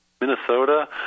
minnesota